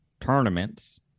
tournaments